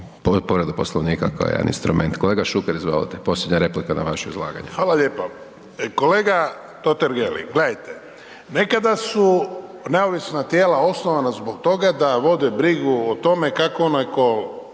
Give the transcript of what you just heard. povredu Poslovnika kao jedan instrument. Kolega Šuker, izvolite, posljednja replika na vaše izlaganje. **Šuker, Ivan (HDZ)** Hvala lijepo. Kolega Totgergeli, gledajte, nekada su neovisna tijela osnovana zbog toga da vode brigu o tome kako onaj